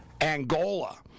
Angola